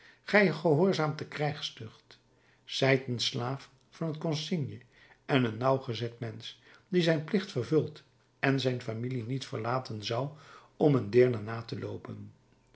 gij gehoorzaamt de krijgstucht zijt een slaaf van het consigne en een nauwgezet mensch die zijn plicht vervult en zijn familie niet verlaten zou om een deerne na te loopen